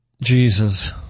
Jesus